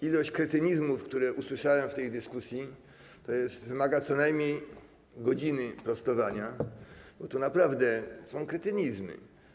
Ilość kretynizmów, które usłyszałem w tej dyskusji, wymaga co najmniej godziny prostowania, bo to naprawdę są kretynizmy.